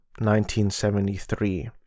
1973